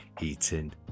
eating